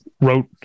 wrote